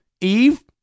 Eve